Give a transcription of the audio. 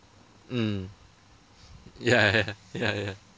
mm ya ya ya ya ya